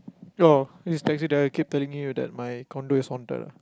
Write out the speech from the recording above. your this taxi driver keep telling me that my condo is haunted ah